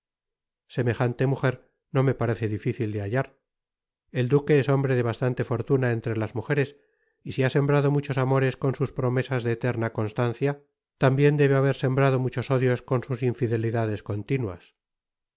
semejante mujer no me parece dificil de hallar el duque es hombre de bastante fortuna entre las mujeres y si ha sembrado muchos amores con sus promesas de eterna constancia tambien debe haber sembrado muchos odios con sus infidelidades continuas